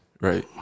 right